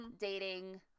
dating